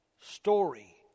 story